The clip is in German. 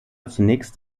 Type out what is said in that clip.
zunächst